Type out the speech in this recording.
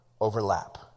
Overlap